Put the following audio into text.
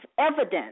evidence